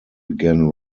began